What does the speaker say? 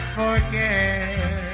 forget